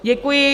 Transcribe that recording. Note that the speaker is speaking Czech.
Děkuji.